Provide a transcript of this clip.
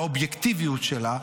באובייקטיביות שלה,